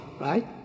right